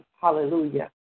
Hallelujah